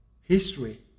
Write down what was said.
history